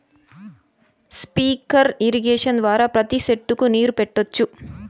sprinkler irrigation ద్వారా ప్రతి సెట్టుకు నీరు పెట్టొచ్చు